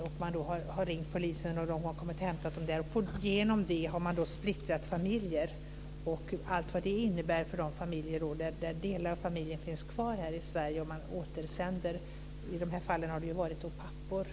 Man har då ringt polisen som har kommit och hämtat dem. Därigenom har man splittrat familjer med allt vad det innebär för de familjer där delar av familjen finns kvar här i Sverige men där man, i dessa fall, har återsänt papporna.